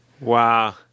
Wow